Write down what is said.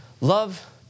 love